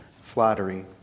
flattery